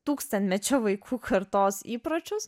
tūkstantmečio vaikų kartos įpročius